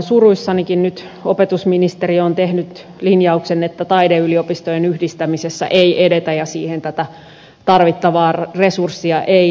nyt opetusministeriö on tehnyt linjauksen että taideyliopistojen yhdistämisessä ei edetä ja siihen tätä tarvittavaa resurssia ei löydy